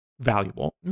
valuable